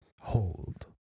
hold